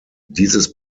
dieses